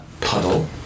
Puddle